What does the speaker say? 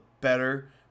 better